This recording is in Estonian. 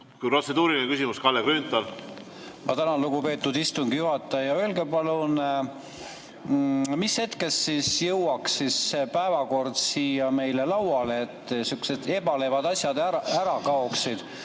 Protseduuriline küsimus, Kalle Grünthal. Ma tänan, lugupeetud istungi juhataja! Öelge palun, mis hetkest jõuaks see päevakord siia meile lauale, et sihukesed ebalevad asjad ära kaoksid.